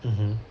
mmhmm